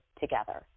together